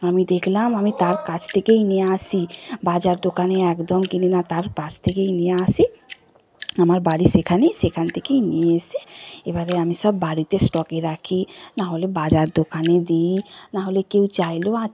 আমি দেখলাম আমি তার কাছ থেকেই নিয়ে আসি বাজার দোকানে একদম কিনিনা তার কাছ থেকেই নিয়ে আসি আমার বাড়ি সেখানে সেখান থেকেই নিয়ে এসে এবারে আমি সব বাড়িতে স্টকে রাখি নাহলে বাজার দোকানে দিই নাহলে কেউ চাইলেও